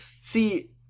see